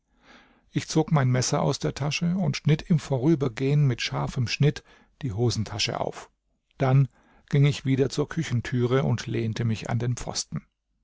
ich zog mein messer aus der tasche und schnitt im vorübergehen mit scharfem schnitt die hosentasche auf dann ging ich wieder zur küchentüre und lehnte mich an den pfosten